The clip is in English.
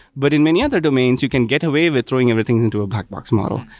but in many other domains, you can get away with throwing everything into a black box model.